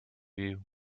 you